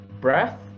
Breath